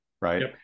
Right